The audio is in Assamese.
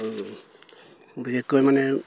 বিশেষকৈ মানে